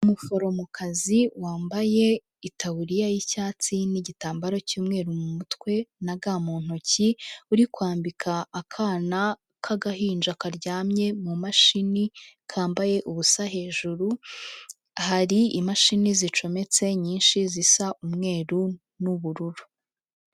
Umuforomokazi wambaye itaburiya y'icyatsi n'igitambaro cy'umweru mu mutwe na ga mu ntoki, uri kwambika akana k'agahinja karyamye mu mashini, kambaye ubusa hejuru, hari imashini zicometse nyinshi zisa umweru n'ubururu.